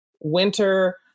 winter